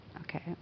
Okay